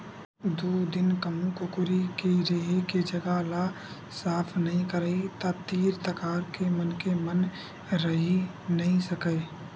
दू दिन कहूँ कुकरी के रेहे के जघा ल साफ नइ करही त तीर तखार के मनखे मन रहि नइ सकय